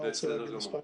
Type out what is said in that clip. אני לא רוצה להגיד סתם.